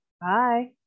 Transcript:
Bye